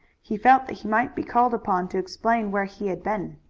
he felt that he might be called upon to explain where he had been.